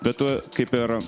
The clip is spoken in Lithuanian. be tu kaip ir